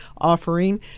offering